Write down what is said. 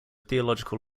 theological